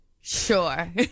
Sure